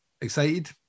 excited